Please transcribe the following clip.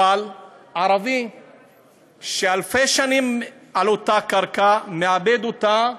אבל ערבי שאלפי שנים על אותה קרקע, מעבד אותה,